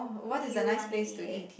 what do you wanna eat